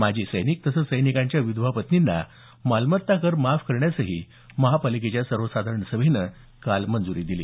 माजी सैनिक तसंच सैनिकांच्या विधवा पत्नींना मालमत्ता कर माफ करण्यासही महापालिकेच्या सर्वसाधारण सभेने काल मंजुरी दिली